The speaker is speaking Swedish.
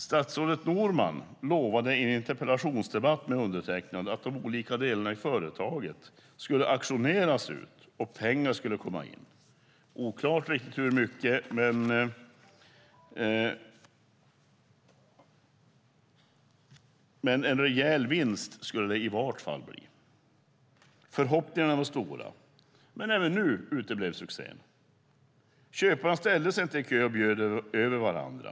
Statsrådet Norman lovade i en interpellationsdebatt med undertecknad att de olika delarna i företaget skulle auktioneras ut och pengar skulle komma in, oklart hur mycket, men en rejäl vinst skulle det i vart fall bli. Förhoppningarna var stora, men även nu uteblev succén. Köparna ställde sig inte i kö och bjöd över varandra.